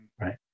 right